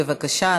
בבקשה,